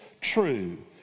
true